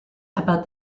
about